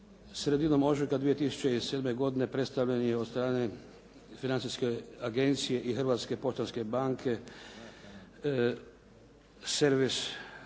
Sredinom ožujka 2007. godine predstavljen je od strane Financijske agencije i Hrvatske poštanske banke, Servisni